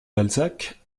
balzac